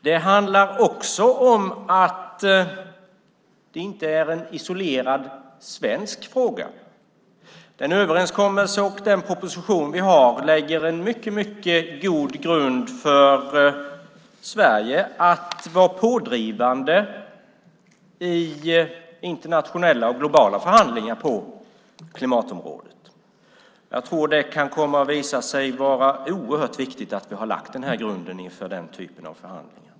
Det handlar också om att det inte är en isolerad svensk fråga. Den överenskommelse och den proposition vi har lägger en mycket god grund för Sverige att vara pådrivande i internationella och globala förhandlingar på klimatområdet. Jag tror att det kan komma att visa sig vara oerhört viktigt att vi har lagt den här grunden inför den typen av förhandlingar.